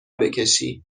بکشی